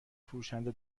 فروشنده